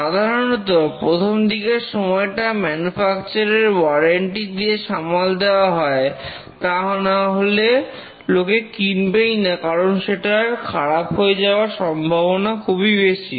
সাধারণত প্রথমদিকের সময়টা ম্যানুফ্যাকচারার এর ওয়ারেন্টি দিয়ে সামাল দেওয়া হয় তা না হলে লোকে কিনবেই না কারণ সেটার খারাপ হয়ে যাওয়ার সম্ভাবনা খুবই বেশি